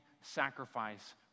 sacrifice